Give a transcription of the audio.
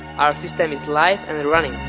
our system is live and running.